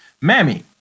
Mammy